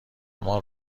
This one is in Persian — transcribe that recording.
اما